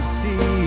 see